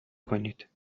کنید